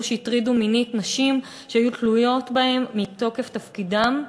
שהטרידו מינית נשים שהיו תלויות בהם מתוקף תפקידם.